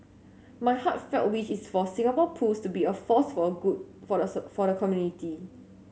my heartfelt wish is for Singapore Pools to be a force for a good for the sir for the community